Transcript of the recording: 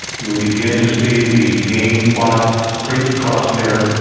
you'll begin to see the gain plot creep across there.